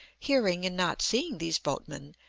hearing and not seeing these boatmen,